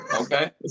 Okay